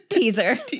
Teaser